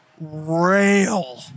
rail